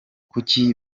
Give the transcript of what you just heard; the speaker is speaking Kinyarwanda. kuki